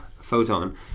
Photon